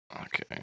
Okay